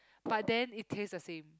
but then it taste the same